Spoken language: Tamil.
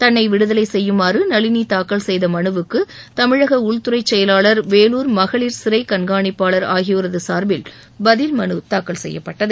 தன்னை விடுதலை செய்யுமாறு நளினி தாக்கல் செய்த மனுவுக்கு தமிழக உள்துறை செயவாளர் வேலூர் மகளிர் சிறை கண்காணிப்பாளர் ஆகியோரது சார்பில் பதில் மனு தாக்கல் செய்யப்பட்டது